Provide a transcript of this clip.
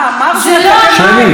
אני לא ארשה את זה יותר.